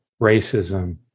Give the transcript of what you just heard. racism